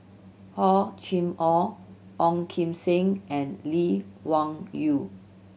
Hor Chim Or Ong Kim Seng and Lee Wung Yew